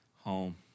home